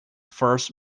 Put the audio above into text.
first